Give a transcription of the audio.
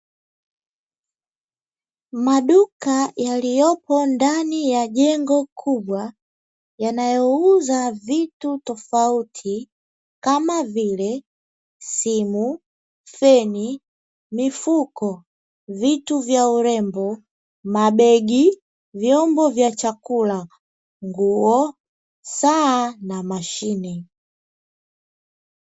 Maduka yaliyopo ndani ya jengo kubwa yanayouza vitu tofauti kama vile simu, feni, mifuko, vitu vya urembo, mabegi, vyombo vya chakula, nguo, saa na mashine.